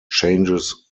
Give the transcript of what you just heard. changes